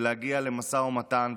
להגיע למשא ומתן,